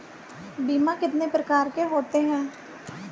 बीमा कितने प्रकार के होते हैं?